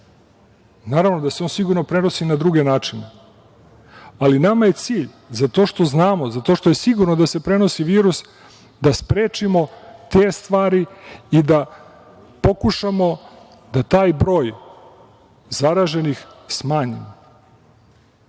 Naravno da se on sigurno prenosi na druge načine, ali nama je cilj za to što znamo, za to što je sigurno da se prenosi virus, da sprečimo te stvari i da pokušamo da taj broj zaraženih smanjimo. Jutros